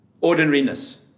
ordinariness